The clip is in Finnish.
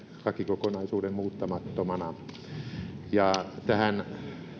lakikokonaisuuden muuttamattomana tähän